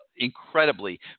incredibly